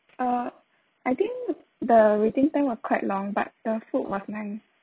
uh I think the waiting time was quite long but the food was nice